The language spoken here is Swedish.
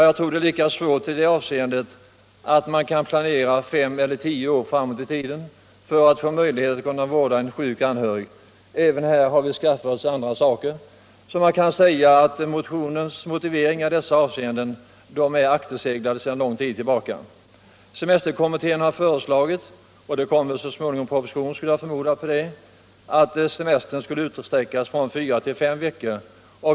Jag tror det är lika svårt att i detta syfte planera fem eller tio år framåt i tiden. Även här har vi skaffat oss andra instrument. Man kan alltså säga att motionens motiveringar är akterseglade sedan lång tid tillbaka. Semesterkommittén har föreslagit — det kommer så småningom en proposition om det, skulle jag förmoda — att semestern skall utsträckas från fyra till fem veckor.